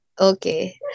Okay